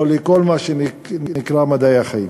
או כל מה שנקרא מדעי החיים.